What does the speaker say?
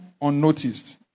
unnoticed